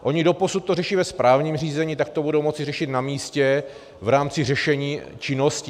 Oni doposud to řeší ve správním řízení, tak to budou moci řešit na místě v rámci řešení činností.